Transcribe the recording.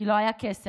כי לא היה כסף,